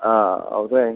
ആ അവിടെ